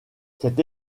cette